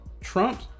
Trump